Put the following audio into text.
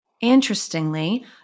Interestingly